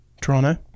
Toronto